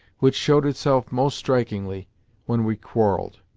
which showed itself most strikingly when we quarrelled.